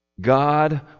God